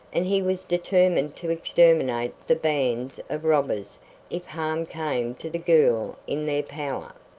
and he was determined to exterminate the bands of robbers if harm came to the girl in their power.